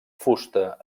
fusta